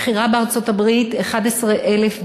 מחירה בארצות-הברית 11,000 דולר,